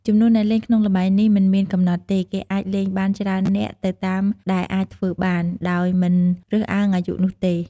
ចំនួនអ្នកលេងក្នុងល្បែងនេះមិនមានកំណត់ទេ គេអាចលេងបានច្រើននាក់ទៅតាមដែលអាចធ្វើបាន ដោយមិនរើសអើងអាយុនោះទេ។